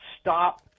stop